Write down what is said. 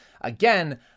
again